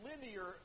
linear